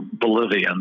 Bolivian